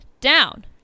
down